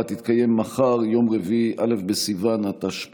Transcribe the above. שלושה בעד, אין מתנגדים ואין נמנעים.